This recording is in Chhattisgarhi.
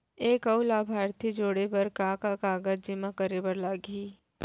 एक अऊ लाभार्थी जोड़े बर का का कागज जेमा करे बर लागही?